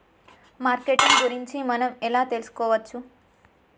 Marketing గురించి మనం ఎలా తెలుసుకోవచ్చు?